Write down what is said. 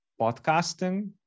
podcasting